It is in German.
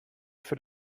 für